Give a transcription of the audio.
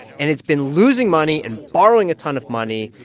and it's been losing money and borrowing a ton of money,